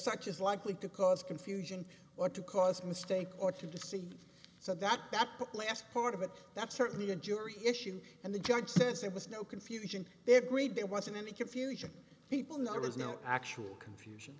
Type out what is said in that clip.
such is likely to cause confusion or to cause mistake or to deceive so that that last part of it that's certainly a jury issue and the judge says there was no confusion they agreed there wasn't any confusion people numbers no actual confusion